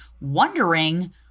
wondering